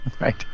right